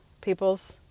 people's